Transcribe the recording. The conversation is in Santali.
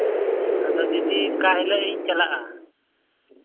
ᱟᱫᱚ ᱫᱤᱫᱤ ᱚᱠᱟ ᱦᱤᱞᱳᱜ ᱤᱧ ᱪᱟᱞᱟᱜᱼᱟ